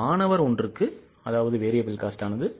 மாணவர் ஒன்றுக்கு 108